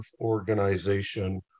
organization